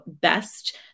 best